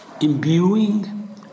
imbuing